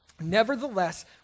Nevertheless